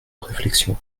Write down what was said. réflexion